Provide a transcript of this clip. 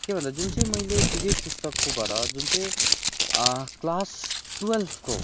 केभन्दा जुन चाहिँ मैले विजय पुस्तककोबाट जुन चाहिँ क्लास टुएल्भको